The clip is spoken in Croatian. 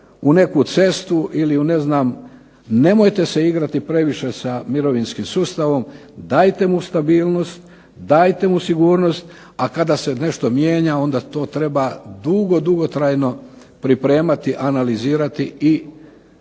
u neku cestu, nemojte se igrati previše sa mirovinskim sustavom, dajete mu stabilnost, dajete mu sigurnost. A kada se nešto mijenja, onda to treba dugo, dugo pripremati, analizirati i dakako